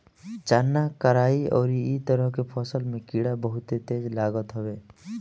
चना, कराई अउरी इ तरह के फसल में कीड़ा बहुते तेज लागत हवे